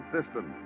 System